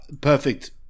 perfect